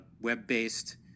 web-based